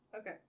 Okay